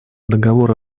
договору